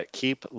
keep